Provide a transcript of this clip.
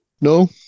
No